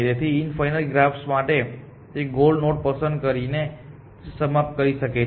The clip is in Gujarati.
તેથી ઇન્ફાઇનાઇટ ગ્રાફ્સ માટે તે ગોલ નોડ્સ પસંદ કરીને જ સમાપ્ત કરી શકે છે